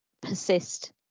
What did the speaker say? persist